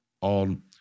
on